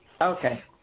Okay